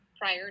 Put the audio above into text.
prior